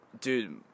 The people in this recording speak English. dude